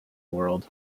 world